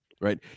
right